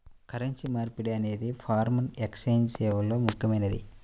currency మార్పిడి అనేది foreign exchange సేవల్లో ముఖ్యమైనది